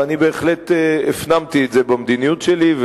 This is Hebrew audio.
ואני בהחלט הפנמתי את זה במדיניות שלי,